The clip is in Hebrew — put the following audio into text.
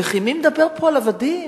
וכי מי מדבר פה על עבדים?